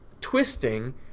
twisting